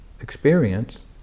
experience